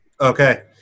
Okay